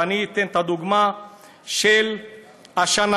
ואתן את הדוגמה של השנה.